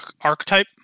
archetype